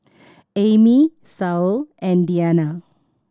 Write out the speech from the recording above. Amy Saul and Deanna